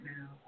now